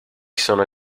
sono